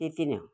त्यति नै हो